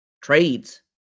trades